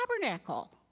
tabernacle